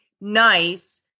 nice